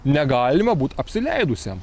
negalima būt apsileidusiam